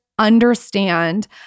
understand